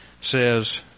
says